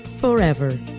forever